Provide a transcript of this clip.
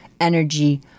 energy